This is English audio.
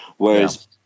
Whereas